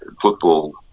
football